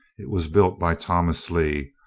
it was built by thomas lee,